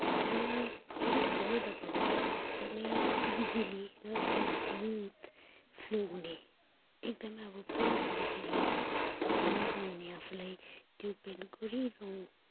र पेन्ट गर्दा पनि एकदमै इजिली होइन एकदमै स्मुथ फ्लो हुने एकदमै अब पेन्ट गर्दाखेरि एकदमै मजा आउने आफूलाई त्यो पेन्ट गरिरहुँ